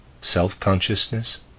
self-consciousness